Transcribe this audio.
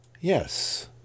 yes